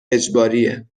اجباریه